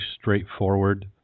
straightforward